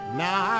now